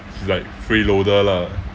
like free loader lah